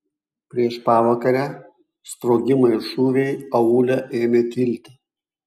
prieš pavakarę sprogimai ir šūviai aūle ėmė tilti